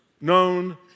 known